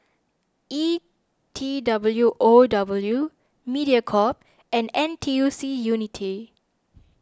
E T W O W Mediacorp and N T U C Unity